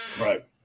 right